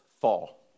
fall